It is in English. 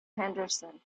henderson